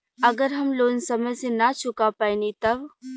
अगर हम लोन समय से ना चुका पैनी तब?